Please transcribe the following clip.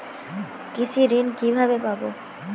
কৃষি ঋন কিভাবে পাব?